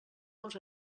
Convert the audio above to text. dels